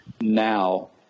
now